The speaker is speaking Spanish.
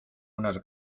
unas